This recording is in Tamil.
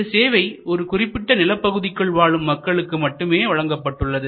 இந்த சேவை ஒரு குறிப்பிட்ட நிலப்பகுதிக்குள் வாழும் மக்களுக்கு மட்டுமே வழங்கப்பட்டுள்ளது